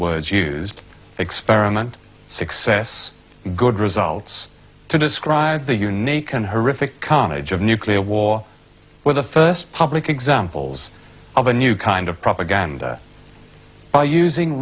words used experiment success good results to describe the unique and horrific carnage of nuclear war were the first public examples of a new kind of propaganda by using